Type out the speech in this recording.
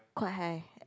quite high